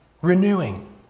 renewing